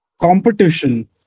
competition